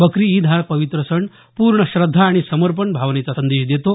बकरी ईद हा पवित्र सण पूर्ण श्रद्धा आणि समर्पण भावनेचा संदेश देतो